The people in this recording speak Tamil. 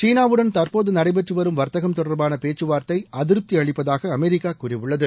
சீனாவுடன் தற்போது நடைபெற்று வரும் வர்த்தகம் தொடர்பான பேச்சுவார்த்தை அதிருப்தி அளிப்பதாக அமெரிக்கா கூறியுள்ளது